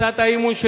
הצעת האי-אמון של